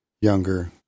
younger